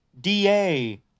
DA